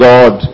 God